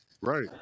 Right